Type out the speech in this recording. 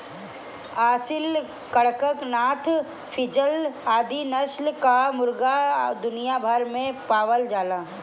Aseel, Kadaknath, frizzle आदि नस्ल कअ मुर्गा दुनिया भर में पावल जालन